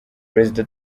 perezida